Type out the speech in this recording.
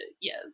Yes